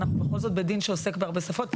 אנחנו בכל זאת בית דין שעוסקת בהרבה שפות.